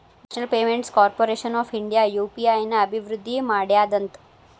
national payments corporation of India UPI ನ ಅಭಿವೃದ್ಧಿ ಮಾಡ್ಯಾದಂತ